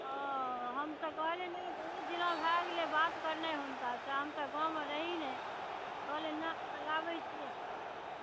ओ हम तऽ कहलियै नहि बहुत दिना भय गेलै बात करनाइ हुनकासँ हम तऽ गाँवमे रहि नहि कहलियै नहि पोल्हाबै छियै